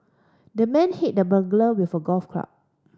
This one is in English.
the man hit the burglar with a golf club